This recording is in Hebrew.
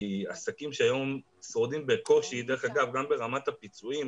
כי עסקים שהיום שורדים בקושי דרך אגב גם ברמת הפיצויים,